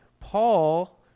Paul